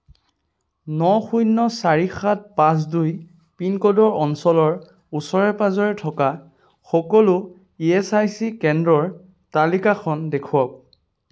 ন শূন্য চাৰি সাত পাঁচ দুই পিনক'ডৰ অঞ্চলৰ ওচৰে পাঁজৰে থকা সকলো ই এছ আই চি কেন্দ্ৰৰ তালিকাখন দেখুৱাওক